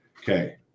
Okay